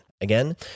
Again